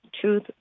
truth